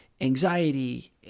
anxiety